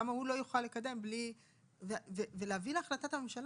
למה לא להביא את זה להחלטת ממשלה?